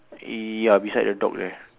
ya beside the dog there